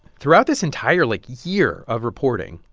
throughout this entire, like, year of reporting,